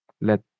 let